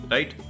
Right